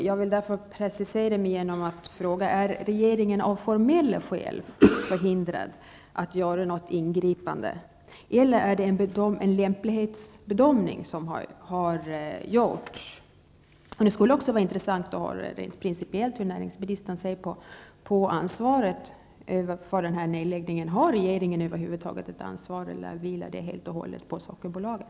Jag vill därför precisera mig genom att fråga: Är regeringen av formella skäl förhindrad att göra något ingripande, eller är det en lämplighetsbedömning som har gjorts? Det skulle också vara intressant att få höra hur näringsministern rent principiellt ser på ansvaret för denna nedläggning. Har regeringen över huvud taget ett ansvar, eller vilar ansvaret helt och hållet på Sockerbolaget?